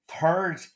Third